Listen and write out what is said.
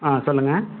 ஆ சொல்லுங்கள்